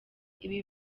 ibi